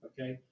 Okay